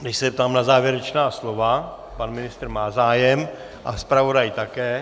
Než se zeptám na závěrečná slova pan ministr má zájem a zpravodaj také.